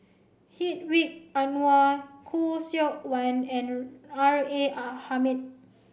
Hedwig Anuar Khoo Seok Wan and R A R Hamid